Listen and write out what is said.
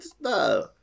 No